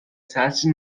سطری